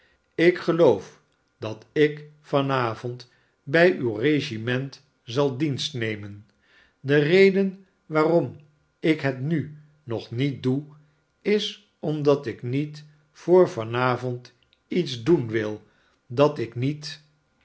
ik geloof dat ik van avond bij uw regiment zal dienst nemen de reden waarom ik het nu nog niet doe is omdat ik niet voor van avond iets doen wil dat ik niet